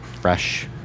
fresh